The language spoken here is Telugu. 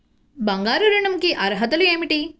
బంగారు ఋణం కి అర్హతలు ఏమిటీ?